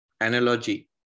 analogy